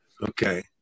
Okay